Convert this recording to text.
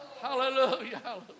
Hallelujah